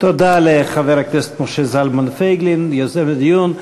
תודה לחבר הכנסת משה זלמן פייגלין, יוזם הדיון.